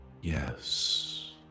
Yes